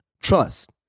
Trust